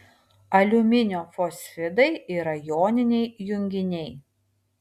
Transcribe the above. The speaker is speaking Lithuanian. aliuminio fosfidai yra joniniai junginiai